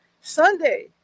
Sunday